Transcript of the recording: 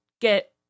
get